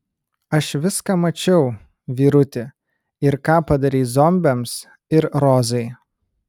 aš viską mačiau vyruti ir ką padarei zombiams ir rozai